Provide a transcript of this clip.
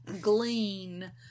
glean